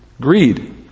Greed